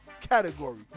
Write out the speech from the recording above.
category